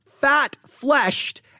fat-fleshed